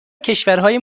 کشورهای